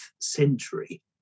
century